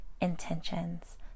intentions